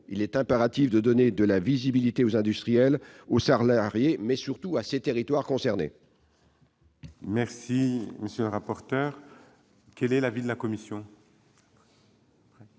Il est impératif de donner de la visibilité aux industriels, aux salariés, et surtout à ces territoires. Quel est